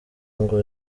ngo